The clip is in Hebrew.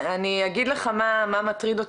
אני אגיד לך מה מטריד אותי,